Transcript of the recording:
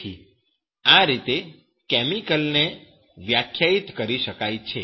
તેથી આ રીતે કેમિકલને વ્યાખ્યાયિત કરી શકાય છે